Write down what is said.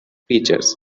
features